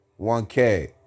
1K